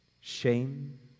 shame